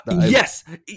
yes